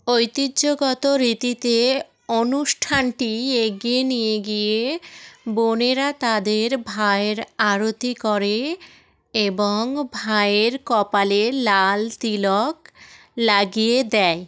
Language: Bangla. ঐতিহ্যগত রীতিতে অনুষ্ঠানটি এগিয়ে নিয়ে গিয়ে বোনেরা তাদের ভাইয়ের আরতি করে এবং ভাইয়ের কপালে লাল তিলক লাগিয়ে দেয়